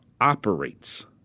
operates